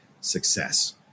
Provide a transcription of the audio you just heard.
success